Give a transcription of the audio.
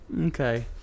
Okay